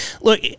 look